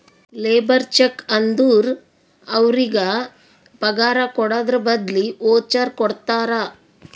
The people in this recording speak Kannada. ಲೇಬರ್ ಚೆಕ್ ಅಂದುರ್ ಅವ್ರಿಗ ಪಗಾರ್ ಕೊಡದ್ರ್ ಬದ್ಲಿ ವೋಚರ್ ಕೊಡ್ತಾರ